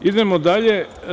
Idemo dalje.